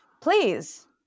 please